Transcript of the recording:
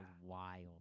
wild